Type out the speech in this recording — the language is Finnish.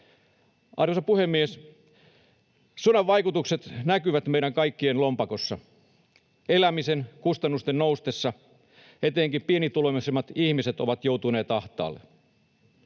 Arvoisa puhemies! Sodan vaikutukset näkyvät meidän kaikkien lompakossa. Elämisen kustannusten noustessa etenkin pienituloisimmat ihmiset ovat joutuneet ahtaalle.